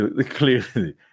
clearly